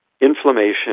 inflammation